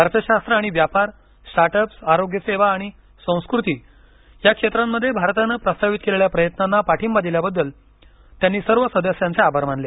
अर्थशास्त्र आणि व्यापार स्टार्टअप्स आरोग्यसेवा आणि संस्कृती या क्षेत्रांमध्ये भारताने प्रस्तावित केलेल्या प्रयत्नांना पाठिंबा दिल्याबद्दल त्यांनी सर्व सदस्यांचे आभार मानले